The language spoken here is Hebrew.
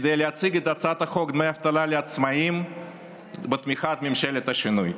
להציג את הצעת חוק דמי אבטלה לעצמאים בתמיכת ממשלת השינוי.